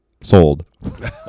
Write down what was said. sold